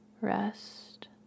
rest